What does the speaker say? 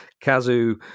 Kazu